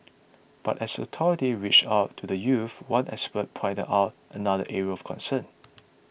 but as authority reach out to the youths one expert pointed out another area of concern